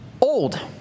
old